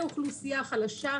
הבנקים.